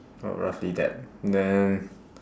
oh roughly that then